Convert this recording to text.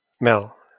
Mel